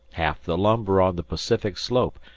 half the lumber on the pacific slope,